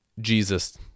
Jesus